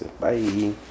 bye